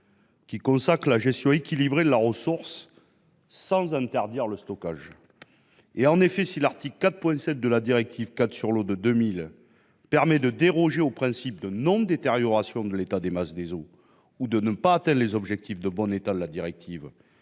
qui consacre la gestion équilibrée de la ressource sans interdire le stockage. Le paragraphe 7 de l'article 4 de la directive-cadre sur l'eau de 2000 permet de déroger au principe de non-détérioration de l'état d'une masse d'eau ou de ne pas atteindre les objectifs de bon état dans le cadre